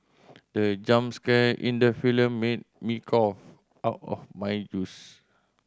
the jumps scare in the film made me cough out of my juice